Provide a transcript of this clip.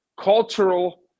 cultural